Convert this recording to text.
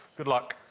good luck.